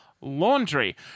laundry